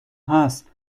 هست